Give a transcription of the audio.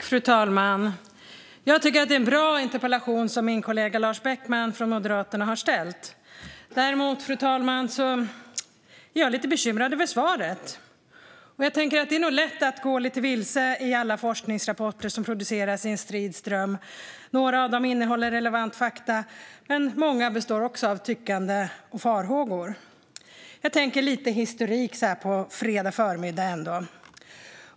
Fru talman! Min kollega Lars Beckman har ställt en bra interpellation, men jag är lite bekymrad över svaret. Det är lätt att gå lite vilse i alla forskningsrapporter som produceras i en strid ström. Några innehåller relevanta fakta medan många består av tyckande och farhågor. Låt mig ge er lite historik så här på fredag förmiddag.